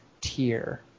tier